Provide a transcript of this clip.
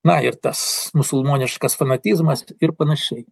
na ir tas musulmoniškas fanatizmas ir panašiai